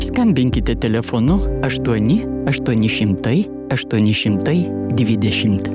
skambinkite telefonu aštuoni aštuoni šimtai aštuoni šimtai dvidešimt